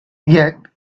yet